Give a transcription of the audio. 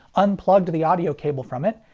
unplugged the audio cable from it,